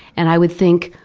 and i would think,